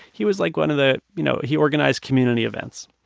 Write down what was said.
he was, like, one of the you know, he organized community events.